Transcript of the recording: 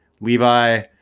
Levi